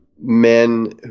men